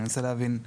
אני רוצה להבין.